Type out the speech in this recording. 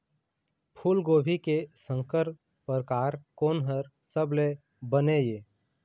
फूलगोभी के संकर परकार कोन हर सबले बने ये?